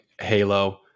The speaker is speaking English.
Halo